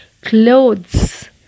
clothes